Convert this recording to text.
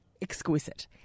exquisite